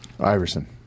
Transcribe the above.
Iverson